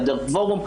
העדר קווארום,